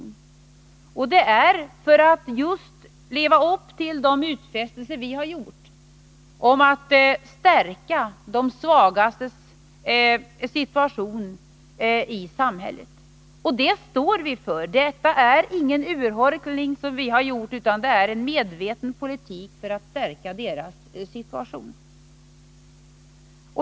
Detta har skett just för att vi skall kunna leva upp till de utfästelser som vi har gjort om att stärka de svagas situation i samhället. Det står vi för. Det är ingen urholkning som vi har gjort, utan det gäller en medveten politik för att stärka deras situation.